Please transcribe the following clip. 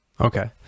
Okay